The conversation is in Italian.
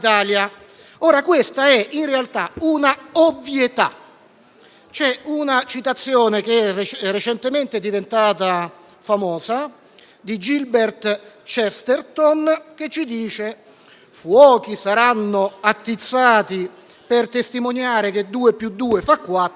Questa è, in realtà, una ovvietà. C'è una citazione, che recentemente è diventata famosa, di Gilbert k. Chesterton che recita: «Fuochi saranno attizzati per testimoniare che due più due fa